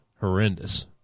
horrendous